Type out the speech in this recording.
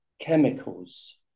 chemicals